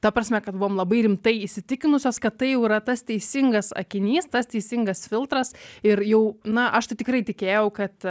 ta prasme kad buvom labai rimtai įsitikinusios kad tai yra tas teisingas sakinys tas teisingas filtras ir jau na aš tai tikrai tikėjau kad